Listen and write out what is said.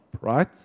right